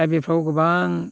दा बेफ्राव गोबां